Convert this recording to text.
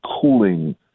cooling